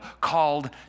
called